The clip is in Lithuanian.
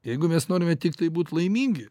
jeigu mes norime tiktai būt laimingi